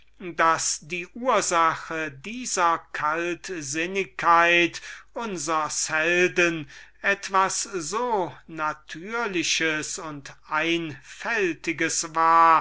daß die ursache dieser kaltsinnigkeit unsers helden etwas so natürliches und einfältiges war